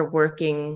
working